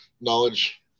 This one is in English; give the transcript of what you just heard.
knowledge